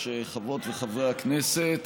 חברות וחברי הכנסת,